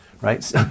right